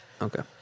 Okay